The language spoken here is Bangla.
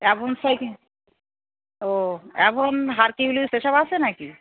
অ্যাভন সাইকেল ও অ্যাভন হারকিউলিস এসব আছে না কি